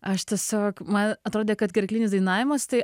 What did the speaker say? aš tiesiog man atrodė kad gerklinis dainavimas tai